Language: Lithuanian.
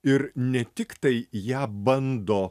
ir ne tiktai ją bando